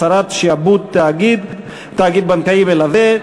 הסרת שעבוד תאגיד בנקאי מלווה),